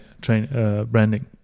branding